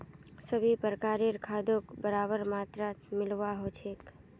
सभी प्रकारेर खादक बराबर मात्रात मिलव्वा ह छेक